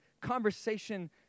conversation